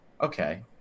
okay